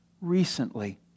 recently